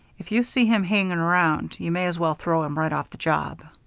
if you see him hanging around, you may as well throw him right off the job.